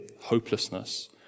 hopelessness